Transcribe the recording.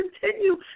continue